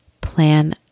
Plan